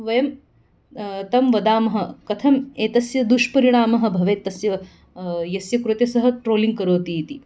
वयं तं वदामः कथम् एतस्य दुष्परिणामः भवेत् तस्य यस्य कृते सः ट्रोलिङ्ग् करोति इति